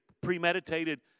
premeditated